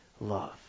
love